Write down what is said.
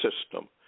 system